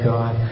God